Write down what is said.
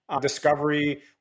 discovery